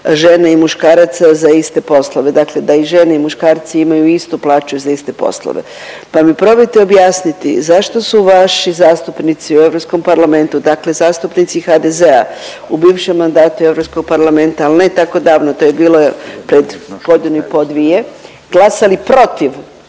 žena i muškaraca za iste poslove, dakle da i žene i muškarci imaju istu plaću za iste poslove. Pa mi probajte objasniti zašto su vaši zastupnici u Europskom parlamentu dakle zastupnici HDZ-a u bivšem mandatu Europskog parlamenta, al ne tako davno to je bilo pred godinu i pol, dvije, glasali protiv